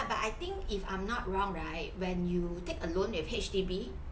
but I think if I'm not wrong right when you take a loan with H_D_B